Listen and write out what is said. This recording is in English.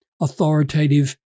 authoritative